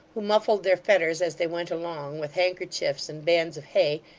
who muffled their fetters as they went along, with handkerchiefs and bands of hay,